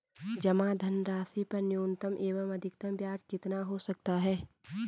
जमा धनराशि पर न्यूनतम एवं अधिकतम ब्याज कितना हो सकता है?